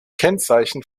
kennzeichen